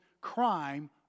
crime